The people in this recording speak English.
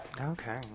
Okay